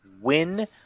win